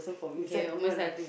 okay almost done